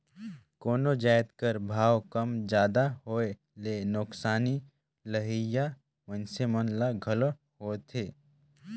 कोनो जाएत कर भाव कम जादा होए ले नोसकानी लेहोइया मइनसे मन ल घलो होएथे